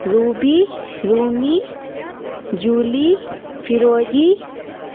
روبی رومی جولی فیروزی